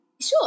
Sure